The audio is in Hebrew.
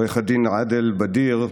עו"ד עאדל בדיר,